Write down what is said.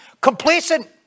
Complacent